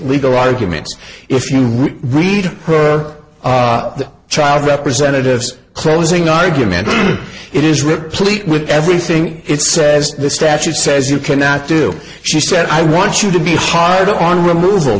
legal arguments if you read for the child representatives closing argument it is replete with everything it says the statute says you cannot do she said i want you to be hard on removal